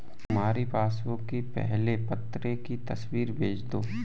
तुम्हारी पासबुक की पहले पन्ने की तस्वीर भेज दो